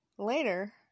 Later